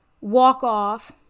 walk-off